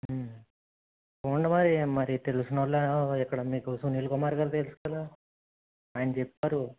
చూడండి మరి మరి తెలిసిన వాళ్ళా ఇక్కడ మీకు స అనీల్ కుమార్ గారు తెలుసు కదా ఆయన చెప్పారు